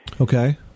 Okay